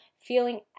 feeling